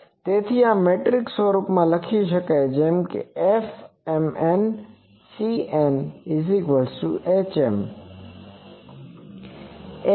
તેથી આ મેટ્રિક સ્વરૂપમાં લખી શકાય છે જેમ કે Fmn Cn hm